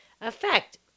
effect